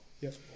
Yes